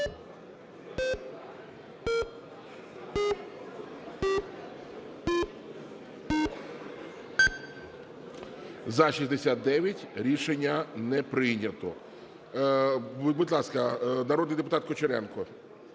За-69 Рішення не прийнято. Будь ласка, народний депутат Кучеренко.